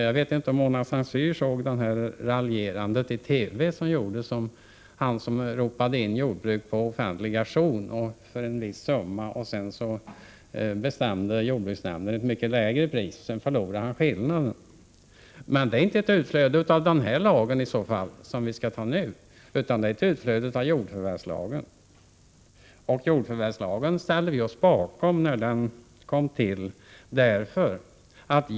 Jag vet inte om Mona Saint Cyr såg raljerandet i TV om en man, som ropade in ett jordbruk på offentlig auktion för en viss summa. Sedan bestämde jordbruksnämnden ett mycket lägre pris. Han förlorade mellanskillnaden. Det är inte ett utflöde av den lag som vi nu behandlar utan ett utflöde av jordförvärvslagen. Den lagen har vi ställt oss bakom.